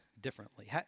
differently